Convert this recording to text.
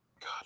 God